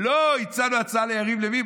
לא, הצענו הצעה ליריב לוין.